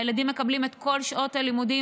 הילדים מקבלים את כל שעות הלימודים,